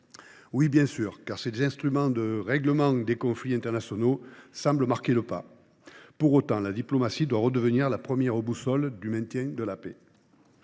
Oui, bien sûr, car les instruments de règlements des conflits internationaux semblent perdre de l’efficacité. Pour autant, la diplomatie doit redevenir la première boussole du maintien de la paix.